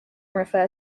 refer